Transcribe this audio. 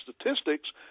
statistics